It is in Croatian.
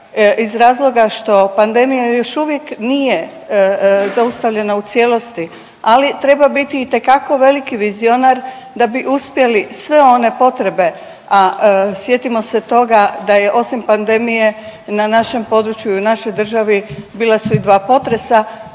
iz razloga što pandemija još uvijek nije zaustavljena u cijelosti, ali treba biti itekako veliki vizionar da bi uspjeli sve one potrebe, a sjetimo se toga da je osim pandemije na našem području i u našoj državi bila su i dva potresa